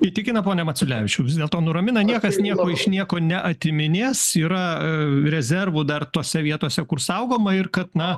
įtikina pone maciulevičiau vis dėlto nuramina niekas nieko iš nieko neatiminės yra rezervų dar tose vietose kur saugoma ir kad na